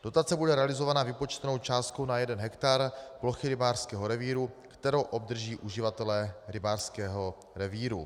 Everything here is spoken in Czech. Dotace bude realizovaná vypočtenou částkou na jeden hektar plochy rybářského revíru, kterou obdrží uživatelé rybářského revíru.